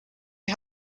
you